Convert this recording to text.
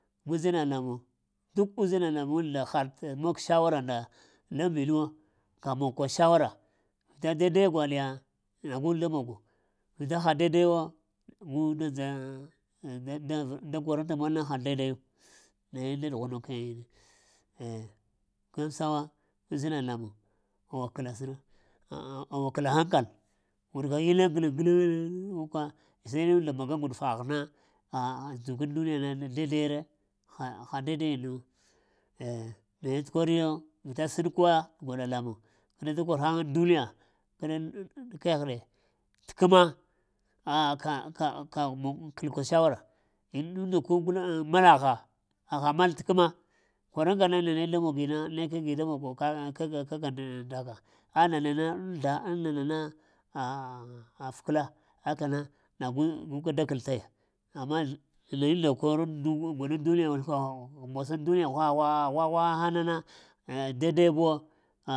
Uzina namuŋ duk uzina lamuŋ-nda haɗ't tə mon sawara nda lambimuwo, ka mog ka sawara vita daida gwaɗya-nagu da mogo, vita ha daidaya-wo gu dadza da-d-da-da gkwaranta molna ha daidayu, naye da ɗghwanukini, eh wosawa uzina lamuŋ wah kəlawa səra ah-ah awa kəla hankal, wurka inna gal-gal-ŋ ŋ wuka sai innunda maga guɗufagh na ha dzukaŋ duniyana da daidaiyare-e ha ha daidayinu, eh naye ekoriyoo vita sunuka gwaɗa lamuŋ innada kor həŋ aŋ duniyana kəɗa kegh ɗe tə kəma ah ka-ka-ka-kəgh mon kal sawara innun-nda ko guna malagha aha malt kəma kwaranka na, nane da mogii na ne kagi da mono kaka-kak-kaka nda ka ah nana na aŋ nana-na afƙəla akana nagu guka kəl taya, amma nayunda kor gwaɗun nda ŋ duniya dai daya buwo.